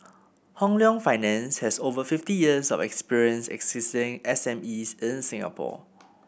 Hong Leong Finance has over fifty years of experience assisting SMEs in Singapore